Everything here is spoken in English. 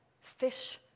fish